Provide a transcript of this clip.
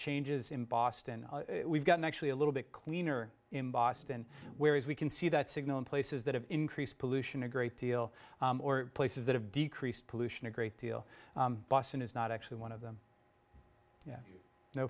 changes in boston we've gotten actually a little bit cleaner in boston where as we can see that signal in places that have increased pollution a great deal or places that have decreased pollution a great deal boston is not actually one of them yeah no